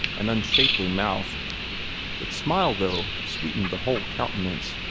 an unshapely mouth its smile, though, sweetened the whole countenance.